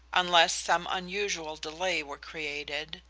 unless some unusual delay were created,